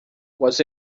was